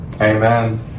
Amen